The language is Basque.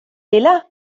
dela